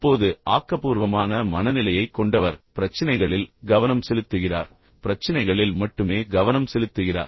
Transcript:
இப்போது ஆக்கபூர்வமான மனநிலையைக் கொண்டவர் பிரச்சினைகளில் கவனம் செலுத்துகிறார் பிரச்சினைகளில் மட்டுமே கவனம் செலுத்துகிறார்